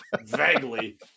vaguely